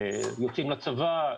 יוצאים לצבא,